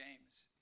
James